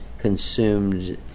consumed